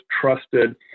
trusted